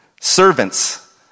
servants